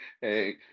Hey